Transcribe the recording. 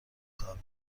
کار